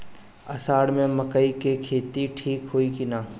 अषाढ़ मे मकई के खेती ठीक होई कि ना?